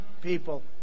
people